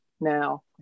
now